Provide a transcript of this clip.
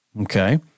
Okay